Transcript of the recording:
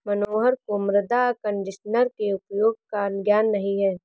मनोहर को मृदा कंडीशनर के उपयोग का ज्ञान नहीं है